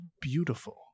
beautiful